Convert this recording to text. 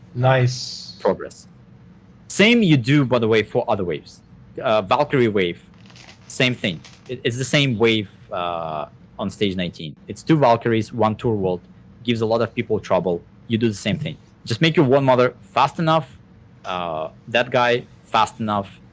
nice progress same you do by the way for other waves ah valkyrie wave same thing it's the same wave ah on stage nineteen. it's two valkyries one turvold gives a lot of people trouble you do the same thing just make your war mother fast enough ah that guy fast enough,